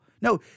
No